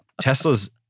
Tesla's